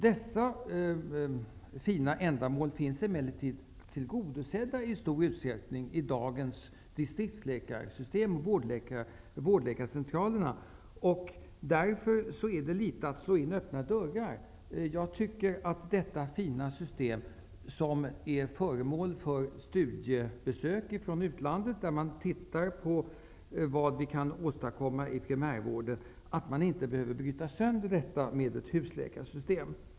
Dessa fina syften är emellertid i stor utsträckning redan tillgodosedda genom dagens distriktsläkarsystem och vårdcentralerna. Därför är detta förslag något av att slå in öppna dörrar. Vårt fina distriktsläkarsystem och våra vårdcentraler är föremål för studiebesök från utlandet. Man kommer hit för att studera vad vi kan åstadkomma i primärvården. Detta fina system behöver inte brytas sönder och ersättas med ett husläkarsystem.